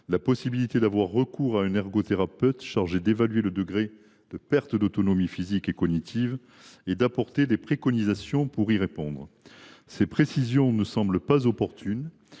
la possibilité d’avoir recours à un ergothérapeute chargé d’évaluer le degré de perte d’autonomie physique et cognitive et d’apporter des préconisations pour y remédier. Ces précisions ne semblent pas opportunes.